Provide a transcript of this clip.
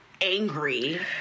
angry